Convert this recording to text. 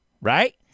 right